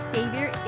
Savior